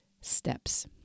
steps